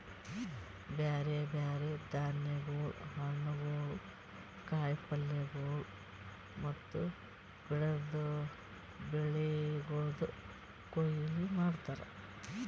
ಬ್ಯಾರೆ ಬ್ಯಾರೆ ಧಾನ್ಯಗೊಳ್, ಹಣ್ಣುಗೊಳ್, ಕಾಯಿ ಪಲ್ಯಗೊಳ್ ಮತ್ತ ಬೆಳಿಗೊಳ್ದು ಕೊಯ್ಲಿ ಮಾಡ್ತಾರ್